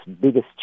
biggest